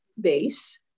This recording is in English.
base